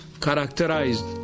characterized